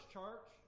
church